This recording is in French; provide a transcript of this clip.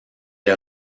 est